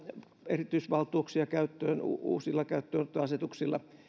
erityisvaltuuksia käyttöön uusilla käyttöönottoasetuksilla